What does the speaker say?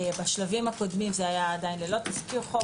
בשלבים הקודמים זה היה עדיין ללא תזכיר חוק,